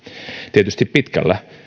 tietysti pitkällä